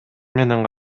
менен